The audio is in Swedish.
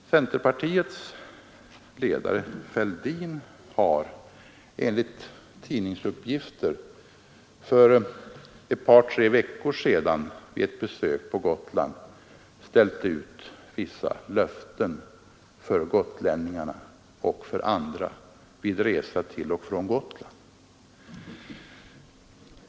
Centerpartiets ledare, herr Fälldin, har enligt tidningsuppgifter för ett par tre veckor sedan vid ett besök på Gotland ställt ut vissa löften till gotlänningar och andra när det gäller resor till och från Gotland.